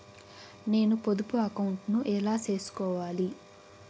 నేను పొదుపు అకౌంటు ను ఎలా సేసుకోవాలి?